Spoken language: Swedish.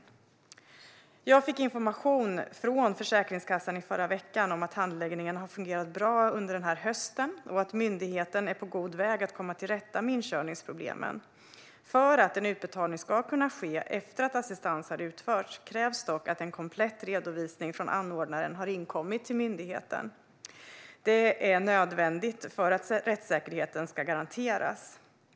Jag fick i förra veckan information från Försäkringskassan om att handläggningen har fungerat bra under denna höst och att myndigheten är på god väg att komma till rätta med inkörningsproblemen. För att en utbetalning ska kunna ske efter att assistans har utförts krävs dock att en komplett redovisning från anordnaren har inkommit till myndigheten. Detta är nödvändigt för att rättssäkerheten ska kunna garanteras.